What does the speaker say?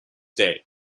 day